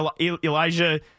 Elijah